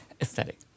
Aesthetic